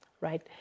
right